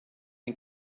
ein